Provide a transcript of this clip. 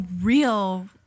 real